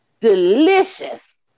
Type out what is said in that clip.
delicious